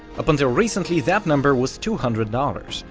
up until recently that number was two hundred dollars,